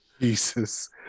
jesus